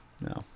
No